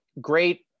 Great